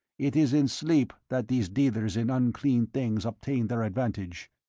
it is in sleep that these dealers in unclean things obtain their advantage.